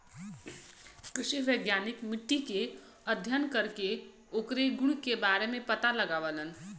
कृषि वैज्ञानिक मट्टी के अध्ययन करके ओकरे गुण के बारे में पता लगावलन